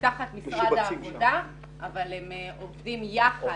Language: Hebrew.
תחת משרד העבודה אבל עובדים יחד.